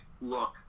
look